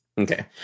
Okay